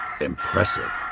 Impressive